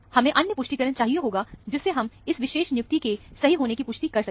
हमें अन्य पुष्टिकरण चाहिए होगा जिससे हम इस नियुक्ति के सही होने की पुष्टि कर सकें